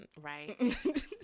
Right